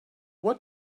what